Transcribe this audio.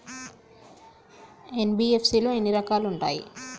NBFC లో ఎన్ని రకాలు ఉంటాయి?